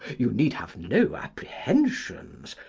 you need have no apprehensions.